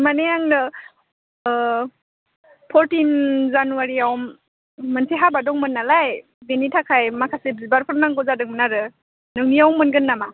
मानि आंनो फरटिन जानुवारिआव मोनसे हाबा दंमोन नालाय बेनि थाखाय माखासे बिबारफोर नांगौ जादोंमोन आरो नोंनियाव मोनगोन नामा